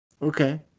Okay